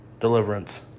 deliverance